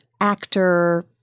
actor